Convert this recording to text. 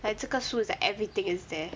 like 这个书 is like everything is there